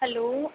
hello